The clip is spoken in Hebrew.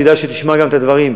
כדאי שתשמע גם את הדברים.